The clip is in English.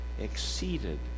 exceeded